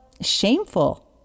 shameful